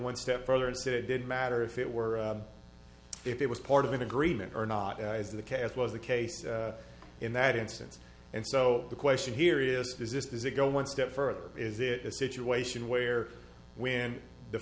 one step further and said it didn't matter if it were if it was part of an agreement or not as the chaos was the case in that instance and so the question here is is this does it go one step further is it a situation where when the